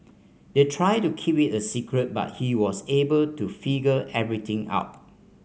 they tried to keep it a secret but he was able to figure everything out